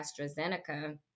AstraZeneca